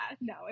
no